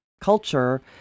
culture